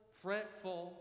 fretful